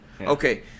Okay